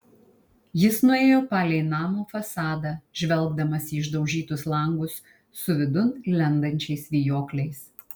jis nuėjo palei namo fasadą žvelgdamas į išdaužytus langus su vidun lendančiais vijokliais